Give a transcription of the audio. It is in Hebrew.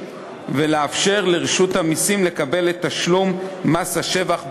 ולאפשר לרשות המסים לקבל את תשלום מס השבח בהקדם,